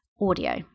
audio